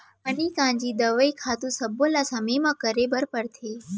पानी कांजी, दवई, खातू सब्बो ल समे म करे बर परथे